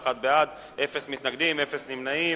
21 בעד, אין מתנגדים, אין נמנעים.